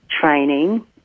training